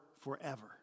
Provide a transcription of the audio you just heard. forever